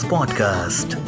Podcast